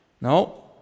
No